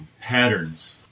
patterns